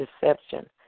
deception